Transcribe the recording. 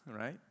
right